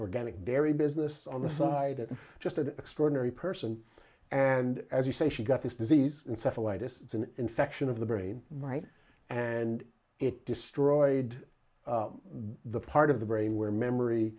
organic dairy business on the side it just an extraordinary person and as you say she got this disease in satellite it's an infection of the brain right and it destroyed the part of the brain where memory